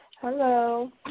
Hello